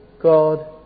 God